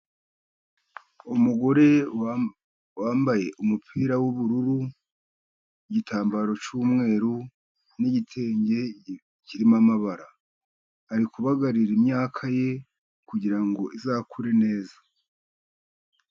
Umugore wambaye umupira w'ubururu, igitambaro cy'umweru, n'igitenge kirimo amabara, ari kubagarira imyaka ye kugirango izakure neza.